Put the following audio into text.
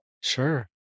Sure